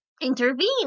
intervene